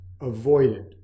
avoided